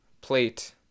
plate